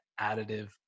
additive